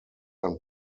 ein